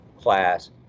class